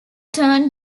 turned